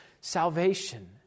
salvation